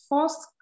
First